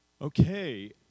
Okay